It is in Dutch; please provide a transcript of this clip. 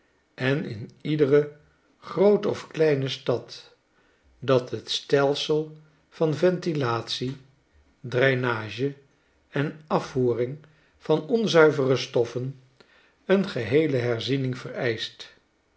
en in iedere groote of kleine stad dat het stelsel van ventilatie drainage en af voering van onzuivere stoffen eengeheeleherzieningvereischt